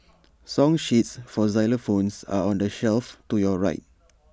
song sheets for xylophones are on the shelf to your right